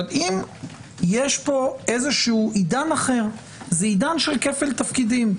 אבל אם יש פה עידן אחר, עידן של כפל תפקידים.